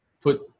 put